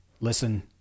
listen